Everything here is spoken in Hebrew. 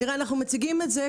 אנחנו מציגים את זה.